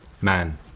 man